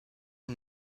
und